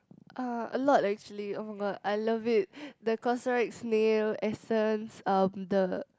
uh a lot actually [oh]-my-god I love it the CosRX snail essence um the